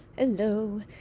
Hello